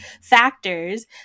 factors